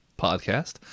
podcast